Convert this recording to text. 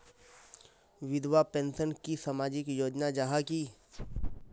विधवा पेंशन की सामाजिक योजना जाहा की?